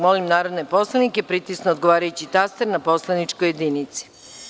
Molim narodne poslanike da pritisnu odgovarajući taster na poslaničkoj jedinici.